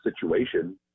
situation